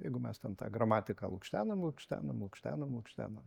jeigu mes ten tą gramatiką lukštenam lukštenam lukštenam lukštenam